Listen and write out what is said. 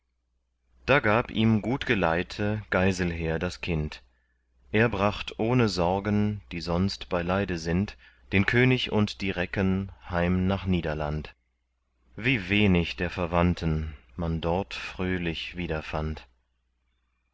da gab ihm gut geleite geiselher das kind er bracht ohne sorgen die sonst bei leide sind den könig und die recken heim nach niederland wie wenig der verwandten man dort fröhlich wiederfand